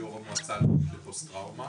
כיו"ר המועצה הלאומית לפוסט טראומה.